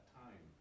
time